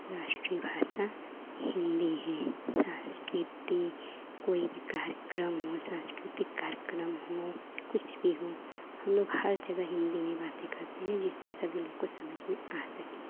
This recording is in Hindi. राष्ट्रीय भाषा हिन्दी ही साँस्कृति कोई भी कार्यक्रम हो साँस्कृतिक कार्यक्रम हो कुछ भी हो हमलोग हर जगह हिन्दी में बातें करते हैं जिससे सभी लोग को समझ में आ सके